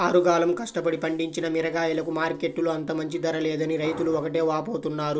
ఆరుగాలం కష్టపడి పండించిన మిరగాయలకు మార్కెట్టులో అంత మంచి ధర లేదని రైతులు ఒకటే వాపోతున్నారు